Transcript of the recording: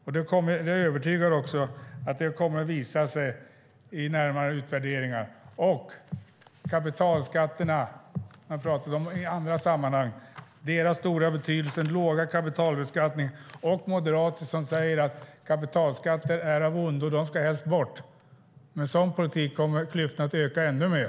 Jag är övertygad om att det också kommer att visa sig i närmare utvärderingar. Moderater talar i andra sammanhang om kapitalskatternas stora betydelse, om låg kapitalbeskattning och att kapitalskatter är av ondo och helst ska bort. Med en sådan politik kommer klyftorna att öka ännu mer.